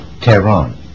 Tehran